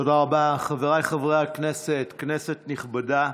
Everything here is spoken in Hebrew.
התשפ"ב 2022, מאת חבר הכנסת גלעד קריב,